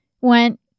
went